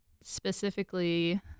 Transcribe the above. specifically